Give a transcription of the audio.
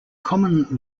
common